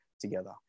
together